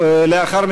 אין ויכוח.